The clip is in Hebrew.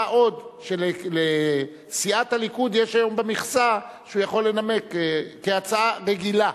מה עוד שלסיעת הליכוד יש היום במכסה כך שהוא יכול לנמק כהצעה רגילה.